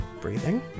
breathing